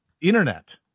internet